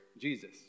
Jesus